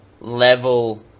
Level